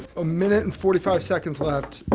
a minute and forty five seconds left.